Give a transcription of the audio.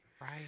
Right